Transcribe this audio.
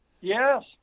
Yes